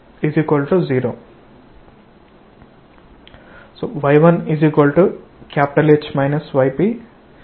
R Fp